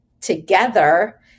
together